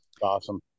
Awesome